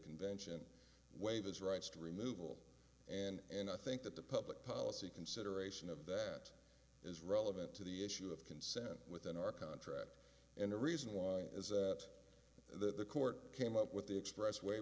convention waive his rights to remove will and i think that the public policy consideration of that is relevant to the issue of consent within our contract and the reason why is that the court came up with the express wa